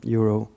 euro